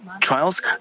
trials